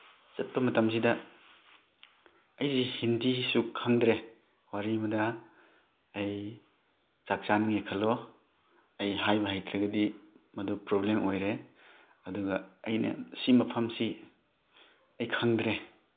ꯆꯠꯄ ꯃꯇꯝꯁꯤꯗ ꯑꯩꯁꯤ ꯍꯤꯟꯗꯤꯁꯤꯁꯨ ꯈꯪꯗ꯭ꯔꯦ ꯋꯥꯔꯤ ꯑꯃꯗ ꯑꯩ ꯆꯥꯛ ꯆꯥꯅꯤꯡꯉꯦ ꯈꯜꯂꯣ ꯑꯩ ꯍꯥꯏꯕ ꯍꯩꯇ꯭ꯔꯒꯗꯤ ꯃꯗꯨ ꯄ꯭ꯔꯣꯕ꯭ꯂꯦꯝ ꯑꯣꯏꯔꯦ ꯑꯗꯨꯒ ꯑꯩꯅ ꯁꯤ ꯃꯐꯝꯁꯤ ꯑꯩ ꯈꯪꯗ꯭ꯔꯦ